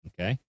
Okay